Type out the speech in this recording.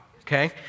okay